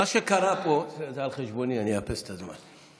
מה שקרה פה, זה על חשבוני, ואני אאפס את הזמן.